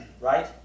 right